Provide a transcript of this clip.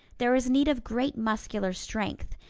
there is need of great muscular strength,